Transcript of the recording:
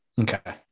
Okay